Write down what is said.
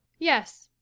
yes,